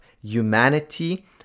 Humanity